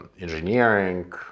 engineering